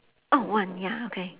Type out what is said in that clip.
oh one ya okay